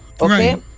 okay